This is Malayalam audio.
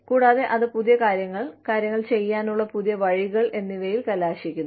കൂടാതെ അത് പുതിയ കാര്യങ്ങൾ കാര്യങ്ങൾ ചെയ്യാനുള്ള പുതിയ വഴികൾ എന്നിവയിൽ കലാശിക്കുന്നു